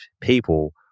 people